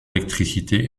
électricité